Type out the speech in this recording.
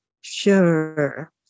sure